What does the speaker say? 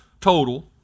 total